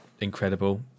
incredible